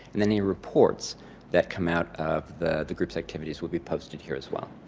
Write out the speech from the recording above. and any reports that come out of the the group so activities will be posted here as well.